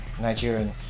nigerian